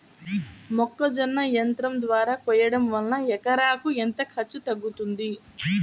మొక్కజొన్న యంత్రం ద్వారా కోయటం వలన ఎకరాకు ఎంత ఖర్చు తగ్గుతుంది?